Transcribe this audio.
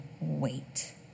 wait